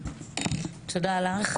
תודה לך.